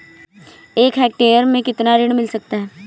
एक हेक्टेयर में कितना ऋण मिल सकता है?